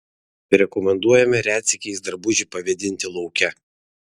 rekomenduojame retsykiais drabužį pavėdinti lauke